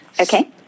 Okay